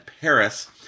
Paris